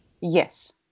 yes